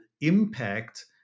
impact